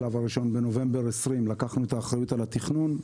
בשלב ראשון, בנובמבר 2020 לקחנו אחריות על התכנון,